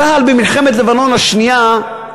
צה"ל במלחמת לבנון השנייה,